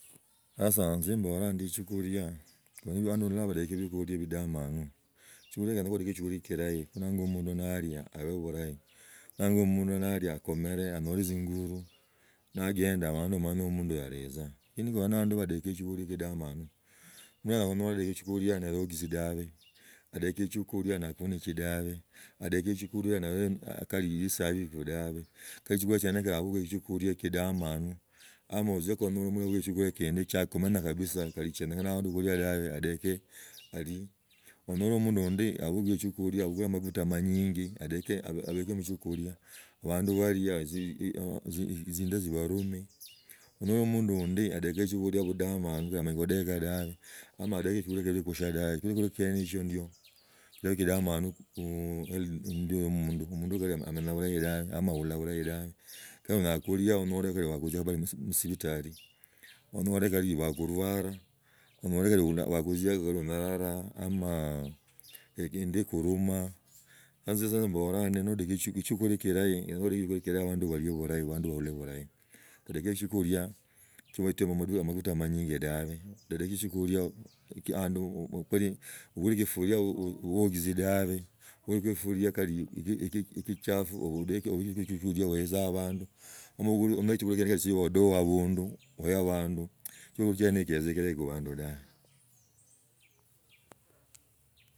Sasa lsa mborangandi shiokunia omala onyola abando balekhe shwkulia bidamanu sanaishiokolia kenyanya otekhe shiokuria kilahi kho omundu nalia abe bulahi nali omundu nalia akomere anyole tzingufu nagenda omanya omwana wa omundu ula aletezaa lakini kula na abandu balikhaa shiokulia kidamanu onyola adekha shiakholia ne aegusi dawe, adaka shukria na akunechi dabe adiki chiokulia chindi chia khumenya kabisa kihondi chemikhananga khandi khalia dawe adeke alie khandiroli omundu undi abukuye shiokuria abukure amguta omanyinyi odeke abeke mushiokuria abandu nibalia ozindo zibalume nali omundu undi adeke tziokulia tze budamana samanye kudeka dabe ama adeke shiokuria shilikushia dabe shiokuria khuli shiene tho ndio ni shili shidamanu munda yo mundu mundu bulahi dabe nomba ahula bulahi dabe kali moolekhe wagutzia musibtol onyole, kali wagulwala indio ikorumaa ma isinza embona mbu noteka. Hurahi odeke shiokuria chio oetibia amayuta amanyinji dabi odike siokuria kio abandu obikure shifiria oeyes dabi obukula sifuria kali ekichafu oedke shikuria oetsa abandu obuoni hibwa sibuli bulahi khubandu tawe.